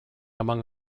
among